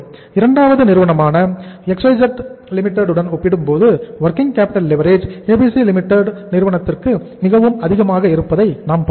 இரண்டாவது நிறுவனமான XYZ Limited உடன் ஒப்பிடும்போது working capital leverage ABC Limited நிறுவனத்திற்கு மிக அதிகமாக இருப்பதை நாம் பார்த்தோம்